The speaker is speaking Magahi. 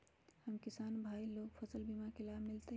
हम किसान भाई लोग फसल बीमा के लाभ मिलतई?